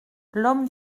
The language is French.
l’homme